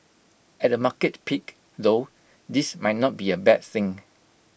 at A market peak though this might not be A bad thing